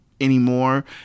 anymore